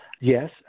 yes